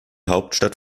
hauptstadt